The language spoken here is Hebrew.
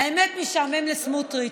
האמת, משעמם לסמוטריץ',